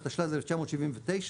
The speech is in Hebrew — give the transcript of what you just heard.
התשל"ז-1977,